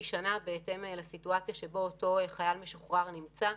שנה בהתאם לסיטואציה שבו אותו חייל משוחרר נמצא.